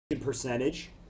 Percentage